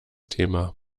thema